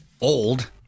old